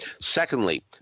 Secondly